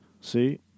See